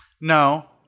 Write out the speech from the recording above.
No